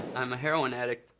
i'm a heroin addict.